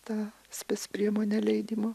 tą spec priemonę leidimo